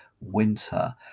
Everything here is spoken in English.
winter